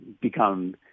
become